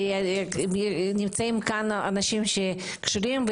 נמצאים כאן אנשים שקשורים,